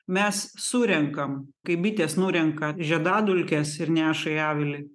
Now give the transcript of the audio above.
mes surenkam kaip bitės nurenka žiedadulkes ir neša į avilį